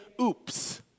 oops